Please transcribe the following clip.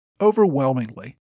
overwhelmingly